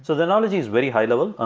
so the analogy is very high level,